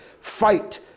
fight